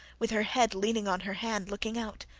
with her head leaning on her hand, looking out.